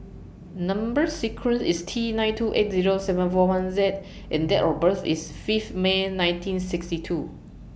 Number sequence IS T nine two eight Zero seven four one Z and Date of birth IS Fifth May nineteen sixty two